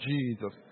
Jesus